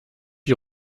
die